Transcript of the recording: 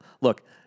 look